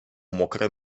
mokre